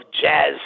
jazz